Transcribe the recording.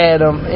Adam